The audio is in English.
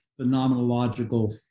phenomenological